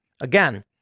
Again